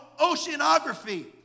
oceanography